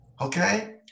okay